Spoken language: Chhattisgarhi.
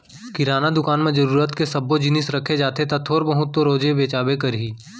किराना दुकान म जरूरत के सब्बो जिनिस रखे जाथे त थोर बहुत तो रोज बेचाबे करही